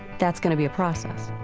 that's going to be a process